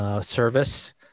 Service